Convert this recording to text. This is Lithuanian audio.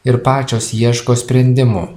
ir pačios ieško sprendimų